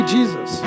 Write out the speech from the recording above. Jesus